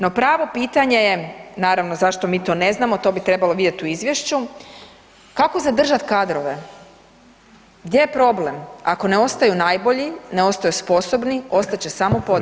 No, pravo pitanje je naravno zašto mi to ne znamo, to bi trebalo vidjeti u izvješću, kako zadržati kadrove, gdje je problem, ako ne ostaju najbolji, ne ostaju sposobni, ostat će samo [[Upadica: Vrijeme.]] podobni.